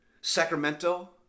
Sacramento